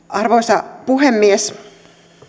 arvoisa puhemies